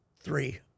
three